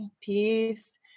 peace